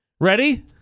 Ready